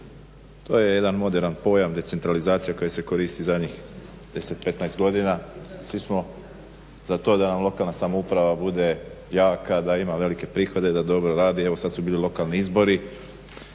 To je jedan moderan pojam decentralizacija koja se koristi zadnjih 10, 15 godina. Svi smo za to da nam lokalna samouprava bude jaka, da ima velike prihode, da dobro radi, evo sada su bili lokalni izbori.